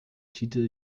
titel